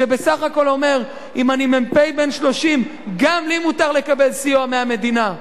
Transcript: שבסך הכול אומר: אם אני מ"פ בן 30 גם לי מותר לקבל סיוע מהמדינה,